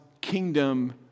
kingdom